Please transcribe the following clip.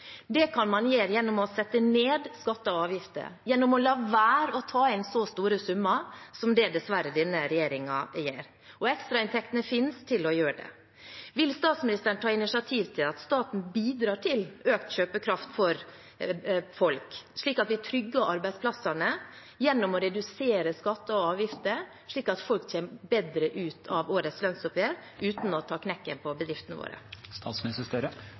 Det kan man gjøre gjennom å sette ned skatter og avgifter, gjennom å la være å ta inn så store summer som det denne regjeringen dessverre gjør. Ekstrainntektene finnes til å gjøre det. Vil statsministeren ta initiativ til at staten bidrar til økt kjøpekraft for folk, at vi trygger arbeidsplassene gjennom å redusere skatter og avgifter, slik at folk kommer bedre ut av årets lønnsoppgjør, uten å ta knekken på bedriftene